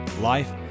life